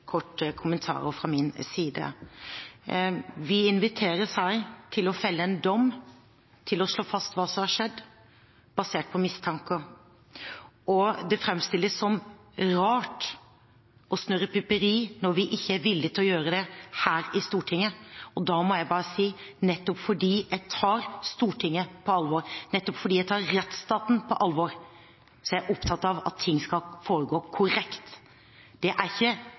kommentarer fra min side. Vi inviteres her til å felle en dom, til å slå fast hva som har skjedd, basert på mistanker. Det framstilles som rart og snurrepiperi når vi ikke er villig til å gjøre det her i Stortinget. Da må jeg bare si: Nettopp fordi jeg tar Stortinget på alvor, nettopp fordi jeg tar rettsstaten på alvor, er jeg opptatt av at ting skal foregå korrekt. Det er ikke